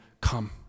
come